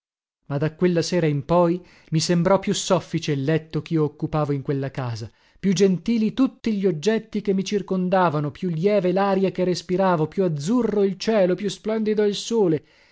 ma da quella sera in poi mi sembrò più soffice il letto chio occupavo in quella casa più gentili tutti gli oggetti che mi circondavano più lieve laria che respiravo più azzurro il cielo più splendido il sole